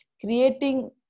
creating